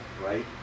right